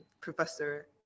professor